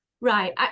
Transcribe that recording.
Right